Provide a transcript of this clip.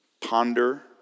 Ponder